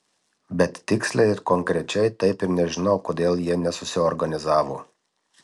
bet tiksliai ir konkrečiai taip ir nežinau kodėl jie nesusiorganizavo